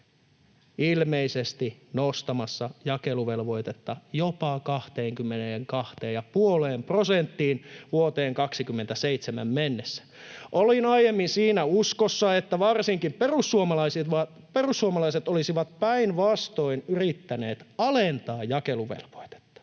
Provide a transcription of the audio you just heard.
ilmeisesti nostamassa jakeluvelvoitetta jopa 22,5 prosenttiin vuoteen 27 mennessä. Olin aiemmin siinä uskossa, että varsinkin perussuomalaiset olisivat päinvastoin yrittäneet alentaa jakeluvelvoitetta.